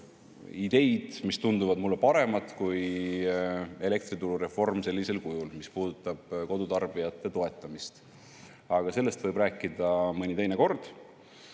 ideid, mis tunduvad mulle paremad kui elektrituru reform sellisel kujul, mis puudutab kodutarbijate toetamist. Nendest võib rääkida mõni teine kord.